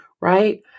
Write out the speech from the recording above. Right